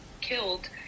killed